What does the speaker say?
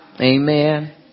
Amen